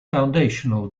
foundational